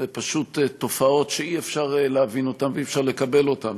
אלה פשוט תופעות שאי-אפשר להבין אותן ואי-אפשר לקבל אותן.